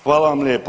Hvala vam lijepo.